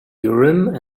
urim